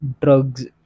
drugs